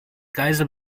geisel